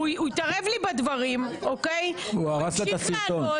הוא התערב לי בדברים --- הוא הרס לה את הסרטון.